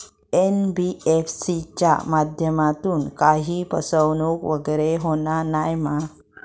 NBFC च्या माध्यमातून काही फसवणूक वगैरे होना नाय मा?